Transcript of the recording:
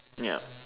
ya